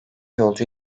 yolcu